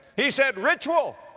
he said, ritual.